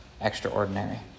extraordinary